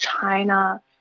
China